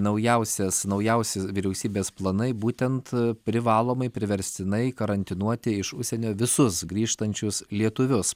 naujausias naujausi vyriausybės planai būtent privalomai priverstinai karantinuoti iš užsienio visus grįžtančius lietuvius